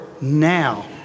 now